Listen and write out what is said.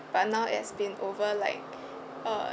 but now it has been over like uh